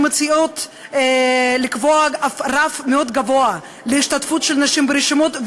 שמציעות לקבוע רף מאוד גבוה להשתתפות נשים ברשימות,